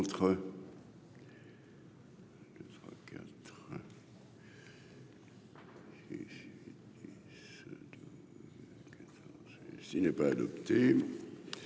Il n'est pas adopté